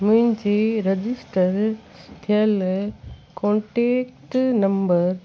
मुंहिंजे रजिस्टर थियल contact number